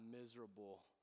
miserable